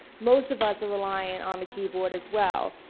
most of us are relying on the keyboard as well.